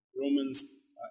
Romans